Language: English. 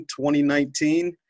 2019